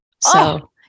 So-